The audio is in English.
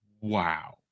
Wow